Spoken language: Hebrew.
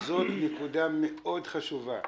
זאת נקודה חשובה מאוד.